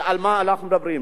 על מה אנחנו מדברים.